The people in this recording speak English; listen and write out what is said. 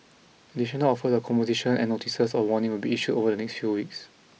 additional offers of composition and notices of warning will be issued over the next few weeks